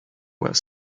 were